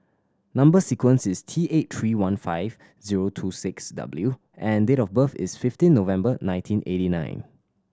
number sequence is T eight three one five zero two six W and date of birth is fifteen November nineteen eighty nine